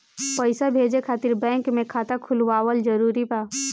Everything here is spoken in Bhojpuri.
पईसा भेजे खातिर बैंक मे खाता खुलवाअल जरूरी बा?